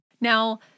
Now